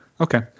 Okay